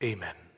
Amen